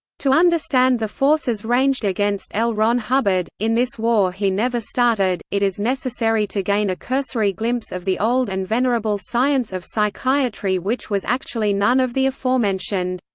to understand the forces ranged against l. ron hubbard, in this war he never started, it is necessary to gain a cursory glimpse of the old and venerable science of psychiatry-which was actually none of the aforementioned.